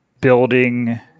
building